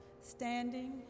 standing